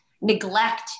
neglect